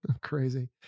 crazy